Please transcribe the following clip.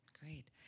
Great